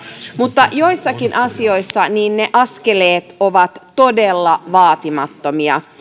mutta joissakin asioissa ne askeleet ovat todella vaatimattomia